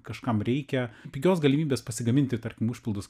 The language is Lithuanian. kažkam reikia pigios galimybės pasigaminti tarkim užpildus